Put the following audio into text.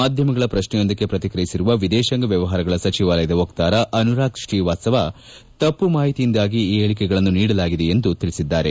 ಮಾಧ್ಲಮಗಳ ಪ್ರಶ್ನೆಯೊಂದಕ್ಕೆ ಪ್ರತಿಕ್ರಿಯಿಸಿರುವ ವಿದೇಶಾಂಗ ವ್ಯವಹಾರಗಳ ಸಚಿವಾಲಯದ ವಕ್ತಾರ ಅನುರಾಗ್ ಶ್ರೀವಾತ್ಲವ ತಪ್ಪು ಮಾಹಿತಿಯಿಂದಾಗಿ ಈ ಹೇಳಿಕೆಗಳನ್ನು ನೀಡಲಾಗಿದೆ ಎಂದು ಅವರು ತಿಳಿಸಿದ್ದಾರೆ